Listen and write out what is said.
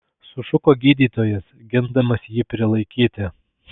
sušuko gydytojas gindamas jį prilaikyti